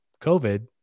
COVID